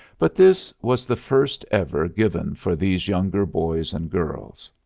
but this was the first ever given for these younger boys and girls.